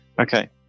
okay